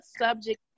subject